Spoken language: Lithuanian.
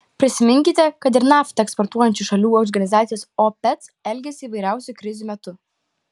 prisiminkite kad ir naftą eksportuojančių šalių organizacijos opec elgesį įvairiausių krizių metu